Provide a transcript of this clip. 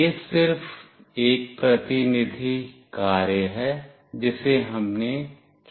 यह सिर्फ एक प्रतिनिधि कार्य है जिसे हमने किया है